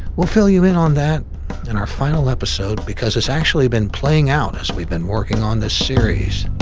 we'll fill you in on that in our final episode, because it's actually been playing out as we've been working on this series.